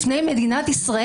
מהמדינה.